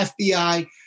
FBI